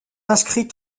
inscrit